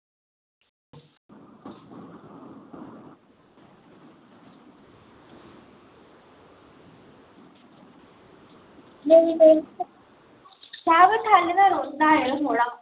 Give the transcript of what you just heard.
ते उनेंगी पढ़ाना ई थोह्ड़ा